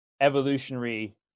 evolutionary